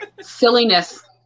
Silliness